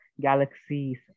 galaxies